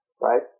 right